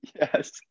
yes